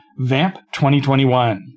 VAMP2021